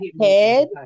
head